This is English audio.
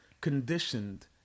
conditioned